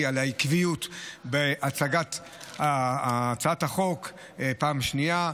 על העקביות בהצגת הצעת החוק פעם שנייה.